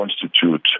constitute